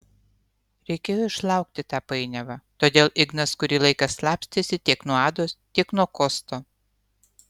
reikėjo išlaukti tą painiavą todėl ignas kurį laiką slapstėsi tiek nuo ados tiek nuo kosto